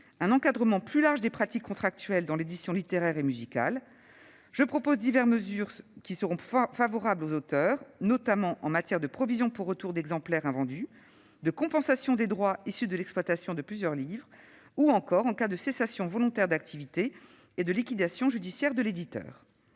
un encadrement plus large des pratiques contractuelles dans l'édition littéraire et musicale. Je propose diverses mesures qui seront favorables aux auteurs, notamment en matière de provision pour retour d'exemplaires invendus, de compensation des droits issus de l'exploitation de plusieurs livres ou encore en cas de cessation volontaire d'activité et de liquidation judiciaire de l'éditeur.